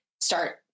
start